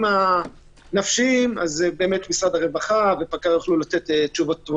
בכל הקשור לעניינים הנפשיים - משרד הרווחה ופקע"ר יוכלו לתת תשובות.